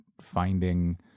finding